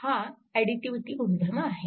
हा ऍडिटिव्हिटी गुणधर्म आहे